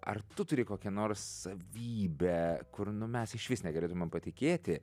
ar tu turi kokią nors savybę kur nu mes išvis negalėtumėm patikėti